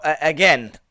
again